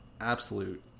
absolute